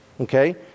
okay